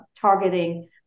targeting